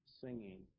singing